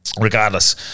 regardless